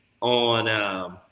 on –